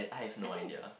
I think is